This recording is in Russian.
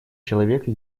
человека